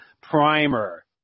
primer